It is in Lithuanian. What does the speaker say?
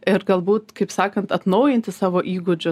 ir galbūt kaip sakant atnaujinti savo įgūdžius